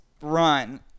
run